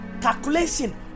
calculation